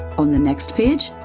on the next page,